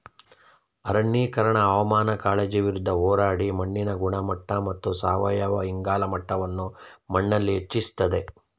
ಅರಣ್ಯೀಕರಣ ಹವಾಮಾನ ಕಾಳಜಿ ವಿರುದ್ಧ ಹೋರಾಡಿ ಮಣ್ಣಿನ ಗುಣಮಟ್ಟ ಮತ್ತು ಸಾವಯವ ಇಂಗಾಲ ಮಟ್ಟವನ್ನು ಮಣ್ಣಲ್ಲಿ ಹೆಚ್ಚಿಸ್ತದೆ